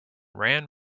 ran